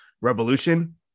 Revolution